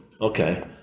Okay